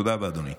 תודה רבה, אדוני.